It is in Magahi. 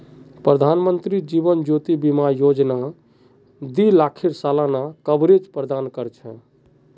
प्रधानमंत्री जीवन ज्योति बीमा योजना दी लाखेर सालाना कवरेज प्रदान कर छे